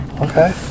Okay